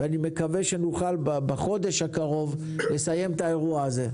ואני מקווה שבחודש הקרוב נוכל לסיים את האירוע הזה.